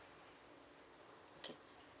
okay